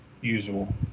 usual